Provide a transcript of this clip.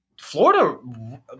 Florida